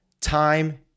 time